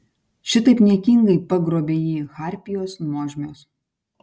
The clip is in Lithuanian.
šitaip niekingai pagrobė jį harpijos nuožmios